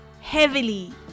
heavily